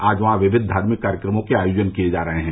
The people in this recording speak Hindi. आज वहां विविध धार्मिक कार्यक्रमों के आयोजन किए जा रहे हैं